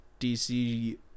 DC